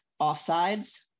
Offsides